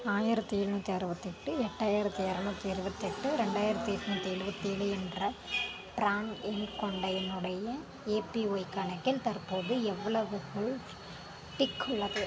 ஆயிரத்தி எழுநூற்றி அறுபத்தெட்டு எட்டாயிரத்தி இரநூற்றி இருபத்தெட்டு ரெண்டாயிரத்தி எண்நூத்தி எழுபத்தி ஏழு என்ற ப்ரான் எண் கொண்ட என்னுடைய ஏபிஒய் கணக்கில் தற்போது எவ்வளவு ஹோல்டிக் உள்ளது